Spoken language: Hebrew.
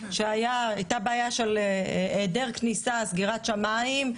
כשהייתה בעיה של היעדר כניסה וסגירת השמיים,